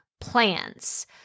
plans